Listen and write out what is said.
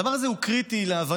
הדבר הזה הוא קריטי להבנה,